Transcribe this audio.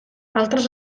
altres